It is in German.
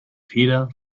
feder